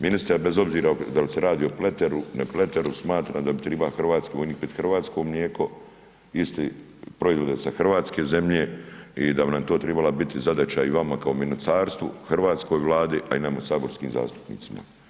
Ministar bez obzira dal se radi o pleteru, ne pleteru smatram da bi triba hrvatski vojnik pit hrvatsko mlijeko, isti proizvode sa hrvatske zemlje i da bi nam to trebala biti zadaća i vama kao ministarstvu, hrvatskoj Vladi a i nama saborskim zastupnicima.